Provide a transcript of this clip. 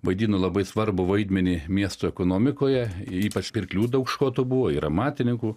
vaidino labai svarbų vaidmenį miesto ekonomikoje ypač pirklių daug škotų buvo ir amatininkų